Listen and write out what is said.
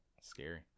scary